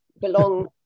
belong